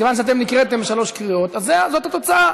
מכיוון שאתם נקראתם בשלוש קריאות, זו התוצאה.